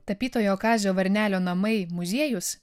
tapytojo kazio varnelio namai muziejus